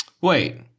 Wait